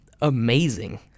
amazing